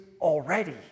already